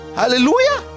hallelujah